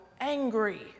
angry